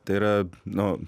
tai yra nu